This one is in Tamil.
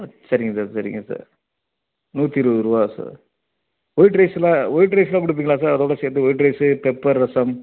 சரிங்க சார் சரிங்க சார் நூற்றி இருபதுருவா சார் வொயிட் ரைஸ்லாம் வொயிட் ரைஸ்லாம் கொடுப்பீங்களா அதோட சேர்த்து வொயிட் ரைஸு பெப்பர் ரசம்